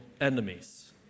enemies